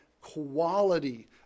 quality